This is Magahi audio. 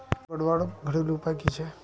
दूध बढ़वार घरेलू उपाय की छे?